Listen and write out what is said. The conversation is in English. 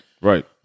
Right